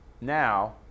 Now